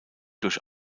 durch